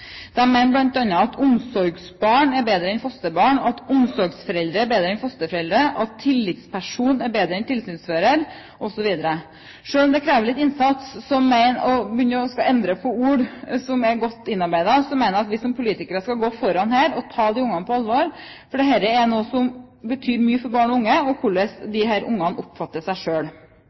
mener bl.a. at «omsorgsbarn» er bedre enn «fosterbarn», at «omsorgsforeldre» er bedre enn «fosterforeldre», at «tillitsperson» er bedre enn «tilsynsfører», osv. Selv om det krever litt innsats å begynne å endre på ord som er godt innarbeidet, mener jeg at vi som politikere skal gå foran og ta disse ungene på alvor, for dette er noe som betyr mye for barn og unge, og for hvordan disse ungene oppfatter seg